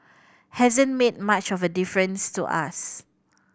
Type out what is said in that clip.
hasn't made much of a difference to us